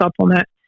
supplement